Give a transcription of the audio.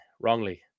wrongly